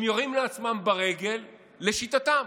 הם יורים לעצמם ברגל, לשיטתם.